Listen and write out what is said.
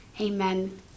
amen